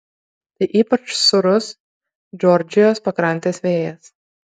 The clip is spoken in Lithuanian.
tai ypač sūrus džordžijos pakrantės vėjas